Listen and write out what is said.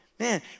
Man